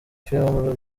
filime